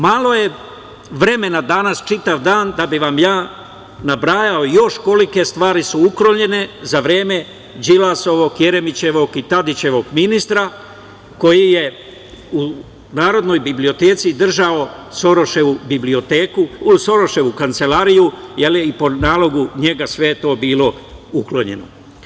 Malo je vremena danas čitav dan da bih vam ja nabrajao još kolike stvari su uklonjene za vreme Đilasovog, Jeremićevog i Tadićevog ministra koji je u Narodnoj biblioteci držao Soroševu kancelariju i po nalogu njega sve je to bilo uklonjeno.